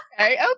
Okay